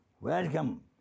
Welcome